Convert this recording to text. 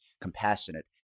compassionate